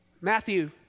Matthew